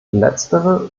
letztere